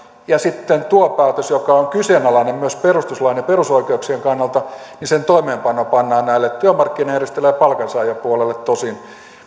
ja sitten tuon päätöksen joka on kyseenalainen myös perustuslain ja perusoikeuksien kannalta että toimeenpano pannaan näille työmarkkinajärjestöille palkansaajapuolelle tosin